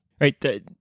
right